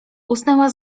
usnęła